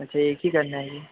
अच्छा एक ही जन जाएँगे